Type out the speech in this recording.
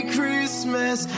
Christmas